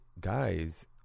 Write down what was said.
guys